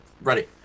Ready